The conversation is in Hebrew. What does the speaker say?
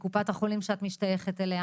קופת החולים שאת משתייכת אליה?